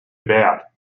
about